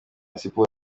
siporo